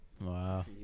Wow